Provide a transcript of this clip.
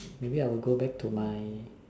maybe I'll go back to my